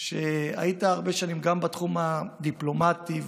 שהיה הרבה שנים גם בתחום הדיפלומטי והמדיני,